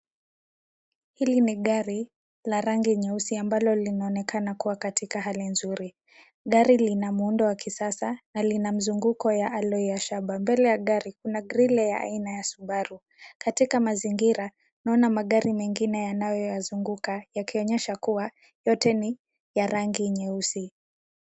Hili ni gari la rangi nyeusi ambalo linaonekana kuwa katika hali nzuri. Gari lina muundo wa kisasa na lina mzunguko wa aloi ya shaba. Mbele ya gari kuna grili ya aina ya Subaru. Katika mazingira tunaona magari mengine yanayoyazunguka; yakionyesha kuwa yote ni ya rangi nyeusi.